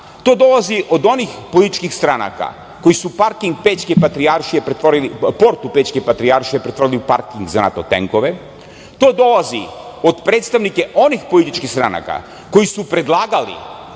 To dolazi od onih političkih stranaka koje su portu Pećke patrijaršije pretvorile u parking za NATO tenkove. To dolazi od predstavnika onih političkih stranaka koje su predlagale